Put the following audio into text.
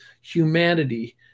humanity